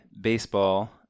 baseball